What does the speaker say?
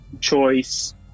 choice